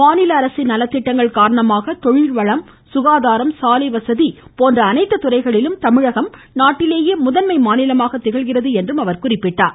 மாநில அரசின் நலத்திட்டங்கள் காரணமாக தொழில் வளம் சுகாதாரம் சாலைவசதி போன்ற அனைத்து துறைகளிலும் தமிழகம் நாட்டிலேயே முதன்மை மாநிலமாக திகழ்கிறது என்றார்